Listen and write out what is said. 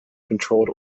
controlled